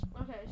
Okay